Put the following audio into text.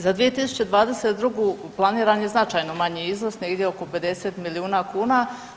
Za 2022. planiran je značajno manji iznos negdje oko 50 milijuna kuna.